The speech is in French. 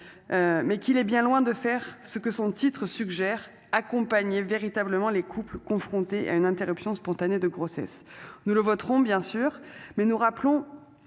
Mais qu'il est bien loin de faire ce que son titre suggère accompagné véritablement les couples confrontés à une interruption spontanée de grossesse nous le voterons bien sûr mais nous rappelons.